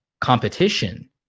competition